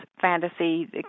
fantasy